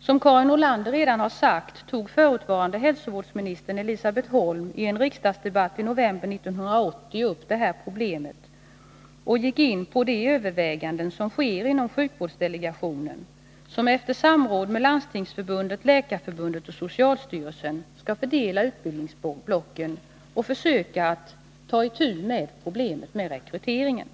Som Karin Nordlander redan har sagt, tog förutvarande hälsovårdsministern Elisabet Holm i en riksdagsdebatt i november 1980 upp det här problemet och gick in på de överväganden som sker inom sjukvårdsdelegationen, som efter samråd med Landstingsförbundet, Läkarförbundet och socialstyrelsen fördelar utbildningsblocken och försöker ta itu med problemet med rekryteringen.